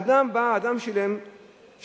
אדם בא, אדם שילם בכספו,